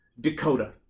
Dakota